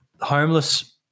Homeless